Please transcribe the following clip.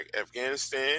Afghanistan